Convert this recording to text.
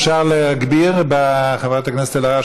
אפשר להגביר לחברת הכנסת אלהרר,